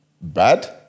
bad